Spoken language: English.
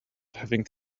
having